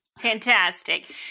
Fantastic